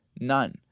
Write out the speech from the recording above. None